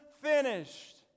finished